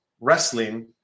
wrestling